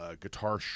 guitar